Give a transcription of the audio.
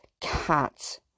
cat